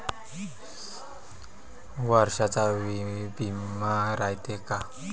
वर्षाचा बिमा रायते का?